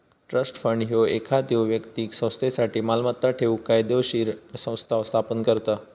trust fund ह्यो एखाद्यो व्यक्तीक संस्थेसाठी मालमत्ता ठेवूक कायदोशीर संस्था स्थापन करता